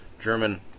German